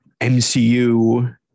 MCU